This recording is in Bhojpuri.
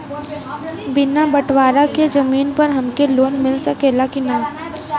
बिना बटवारा के जमीन पर हमके लोन मिल सकेला की ना?